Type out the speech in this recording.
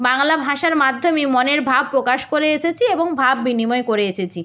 বাংলা ভাষার মাধ্যমে মনের ভাব প্রকাশ করে এসেছি এবং ভাব বিনিময় করে এসেছি